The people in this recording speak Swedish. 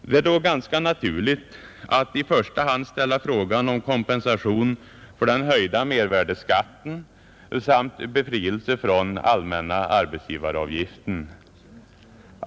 Det är då ganska naturligt att i första hand ställa frågan om kompensation för den höjda mervärdeskatten samt befrielse från allmänna arbetsgivaravgiften.